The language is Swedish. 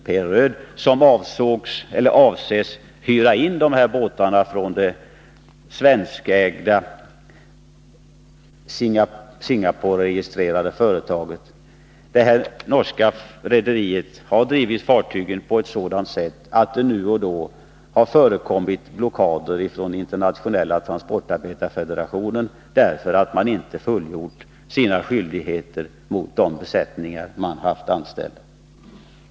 P. Röed, som avses hyra in dessa båtar från det svenskägda Singaporeregistrerade företaget, har drivit fartygen på ett sådant sätt att det nu och då har förekommit blockader från Internationella transportarbetarfederationen därför att rederiet inte fullgjort sina skyldigheter mot de besättningar man haft anställda.